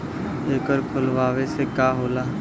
एकर खोलवाइले से का होला?